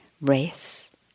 race